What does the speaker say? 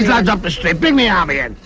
lads off the street, bring the army in.